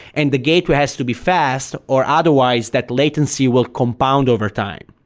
and the gateway has to be fast or otherwise that latency will compound overtime.